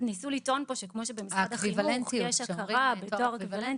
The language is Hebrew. ניסו לטעון פה שכמו שבמשרד החינוך יש הכרה בתואר אקוויוולנטי,